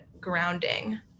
grounding